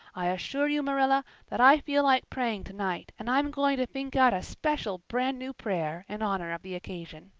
i assure you, marilla, that i feel like praying tonight and i'm going to think out a special brand-new prayer in honor of the occasion.